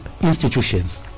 Institutions